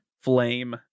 flame